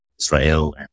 Israel